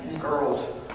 Girls